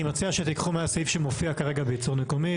אני מציע שתיקחו מהסעיף שמופיע כרגע בייצור מקומי.